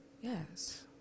Yes